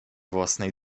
własnej